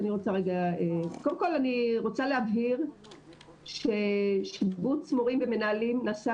קודם כל אני רוצה להבהיר ששיבוץ מורים ומנהלים נעשה